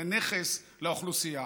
זה נכס לאוכלוסייה,